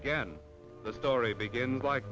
again the story begins like